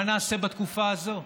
מה נעשה בתקופה הזאת?